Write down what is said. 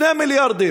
2 מיליארדים.